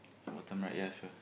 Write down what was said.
what time right ya sure